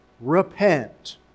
Repent